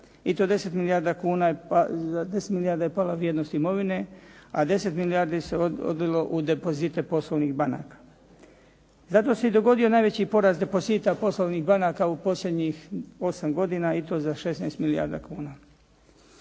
i to za 10 milijardi je pala vrijednost imovine, a 10 milijardi se odlilo u depozite poslovnih banaka. Zato se i dogodio najveći porast depozita poslovnih banaka u posljednjih osam godina i to za 16 milijardi kuna.